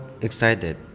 excited